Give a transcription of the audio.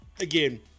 again